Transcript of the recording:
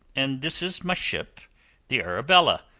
and this is my ship the arabella,